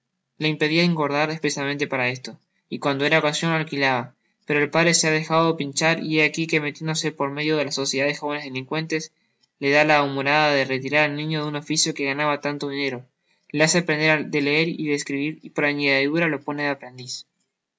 le impedia el engordar espresamente para esto y cuando era ocasion lo alquilaba pero el padre se ha dejado pinchar y he aqui que metiéndose por medio la sociedad de jóvenes delincuentes le dá la humorada de retirar al niño de un oficio en que ganaba tanto dinero le hace aprender de leer y escibir y por añadidura lo pone de aprendiz